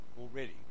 already